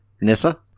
Nissa